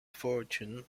fortune